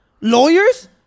lawyers